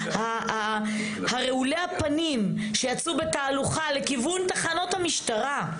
רעולי הפנים שיצאו בתהלוכה לכיוון תחנות המשטרה,